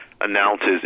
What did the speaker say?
announces